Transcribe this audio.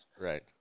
Right